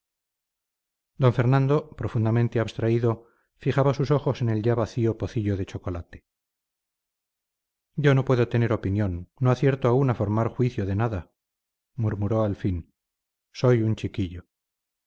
d fernando profundamente abstraído fijaba sus ojos en el ya vacío pocillo de chocolate yo no puedo tener opinión no acierto aún a formar juicio de nada murmuré al fin soy un chiquillo